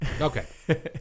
Okay